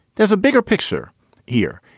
there's a bigger picture here.